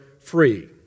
free